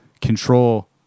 control